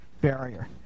barrier